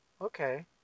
okay